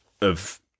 of-